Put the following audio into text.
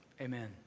Amen